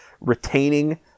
retaining